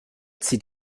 zieht